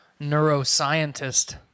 neuroscientist